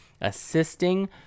assisting